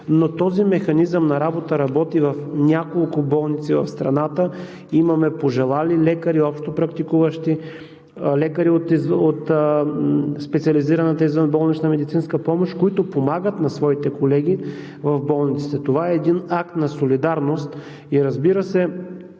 Но този механизъм на работа работи в няколко болници в страната. Имаме пожелали лекари общопрактикуващи, лекари от специализираната извънболнична медицинска помощ, които помагат на своите колеги в болниците. Това е един акт на солидарност и, разбира се,